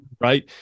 Right